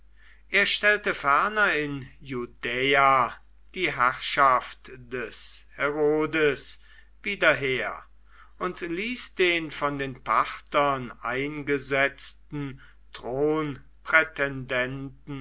er stellte ferner in judäa die herrschaft des herodes wieder her und ließ den von den parthern eingesetzten